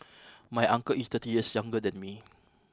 my uncle is thirty years younger than me